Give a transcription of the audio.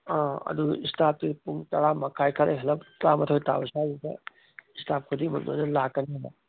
ꯑꯪ ꯑꯗꯨ ꯏꯁꯇꯥꯐꯇꯤ ꯄꯨꯡ ꯇꯔꯥ ꯃꯈꯥꯏ ꯈꯔ ꯍꯦꯜꯂꯞ ꯇꯔꯥꯃꯥꯊꯣꯏ ꯇꯥꯔꯛꯄ ꯁ꯭ꯋꯥꯏꯁꯤꯗ ꯏꯁꯇꯥꯐ ꯈꯨꯗꯤꯡꯃꯛ ꯂꯣꯏꯅ ꯂꯥꯛꯀꯅꯤ